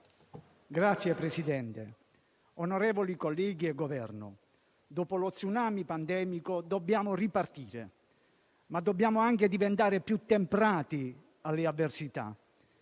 Signor Presidente, onorevoli colleghi e Governo, dopo lo tsunami pandemico dobbiamo ripartire, ma dobbiamo anche diventare più temprati alle avversità.